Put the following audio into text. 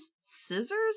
scissors